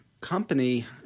company